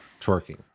Twerking